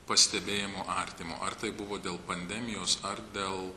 pastebėjimu artimo ar tai buvo dėl pandemijos ar dėl